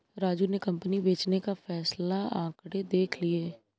राजू ने कंपनी बेचने का फैसला आंकड़े देख के लिए